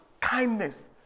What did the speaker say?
kindness